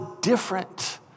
different